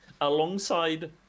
alongside